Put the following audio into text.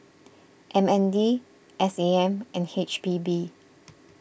M N D S A M and H P B